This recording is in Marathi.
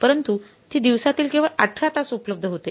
परंतु ती दिवसातील केवळ 18 तास उपलब्ध होते